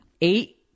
Eight